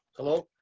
hello,